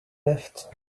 left